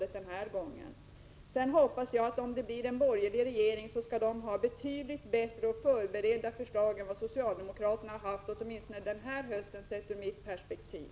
Om det blir en borgerlig regering hoppas jag att den regeringen skall lägga fram betydligt bättre förberedda förslag än vad den socialdemokratiska regeringen har gjort. Jag tänker då särskilt på dem som lagts fram under denna höst.